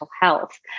health